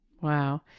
Wow